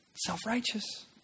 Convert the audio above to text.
Self-righteous